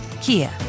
Kia